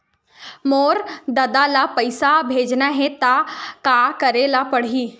मोर ददा ल पईसा भेजना हे त का करे ल पड़हि?